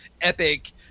epic